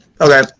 Okay